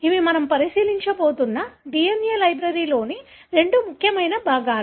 ఇవి మనము పరిశీలించబోతున్న DNA లైబ్రరీలోని రెండు ముఖ్యమైన భాగాలు